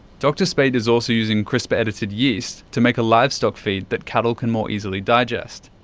dr speight is also using crispr-edited yeast to make a livestock feed that cattle can more easily digest.